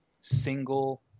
single